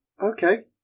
Okay